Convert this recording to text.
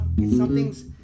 Something's